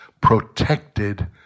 protected